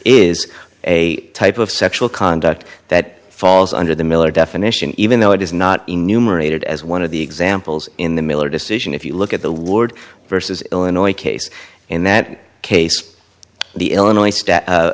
is a type of sexual conduct that falls under the miller definition even though it is not enumerated as one of the examples in the miller decision if you look at the lord versus illinois case in that case the illinois